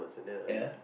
ya